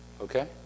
Okay